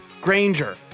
Granger